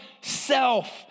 self